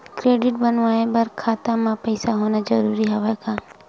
Credit बनवाय बर खाता म पईसा होना जरूरी हवय का?